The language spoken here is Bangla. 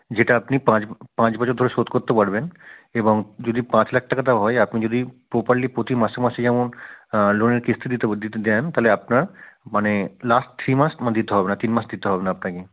যেটা আপনি পাঁচ পাঁচ বছর ধরে শোধ করতে পারবেন এবং যদি পাঁচ লাখ টাকা দেওয়া হয় আপনি যদি প্রপারলি প্রতি মাসে মাসে যেমন লোনের কিস্তি দিতে দিতে দেন তাহলে আপনার মানে লাস্ট থ্রি মাস দিতে হবে না তিন মাস দিতে হবে না আপনাকে